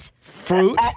Fruit